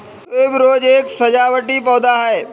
tuberose एक सजावटी पौधा है